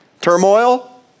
Turmoil